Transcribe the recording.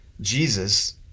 Jesus